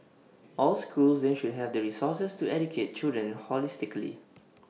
all schools then should have the resources to educate children holistically